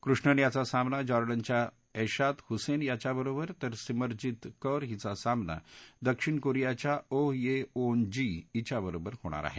कृष्णन याचा सामना जॉर्डनच्या ऐशात हूसेन याच्या बरोबर तर सिमरनजीत कौर हिचा सामना दक्षिण कोरियाच्या ओह ये ओन जी हिच्याबरोबर होणार आहे